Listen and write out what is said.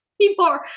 people